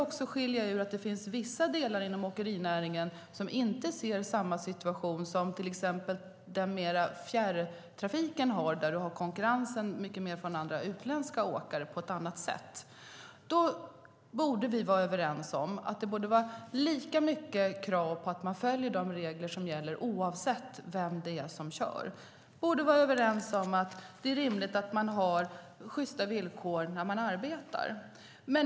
Vissa delar av åkerinäringen har dock inte samma situation som fjärrtrafiken, där konkurrensen från utländska åkare är större. Vi borde vara överens om att det ska vara samma krav på att följa de regler som gäller oavsett vem som kör. Vi borde vara överens om att det är rimligt att man har sjysta villkor när man arbetar.